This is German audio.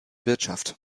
wirtschaft